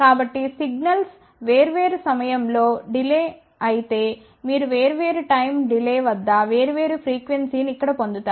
కాబట్టి సిగ్నల్స్ వేర్వేరు సమయం లో డిలే అయితే మీరు వేర్వేరు టైం డిలే వద్ద వేర్వేరు ఫ్రీక్వెన్సీ ను ఇక్కడ పొందుతారు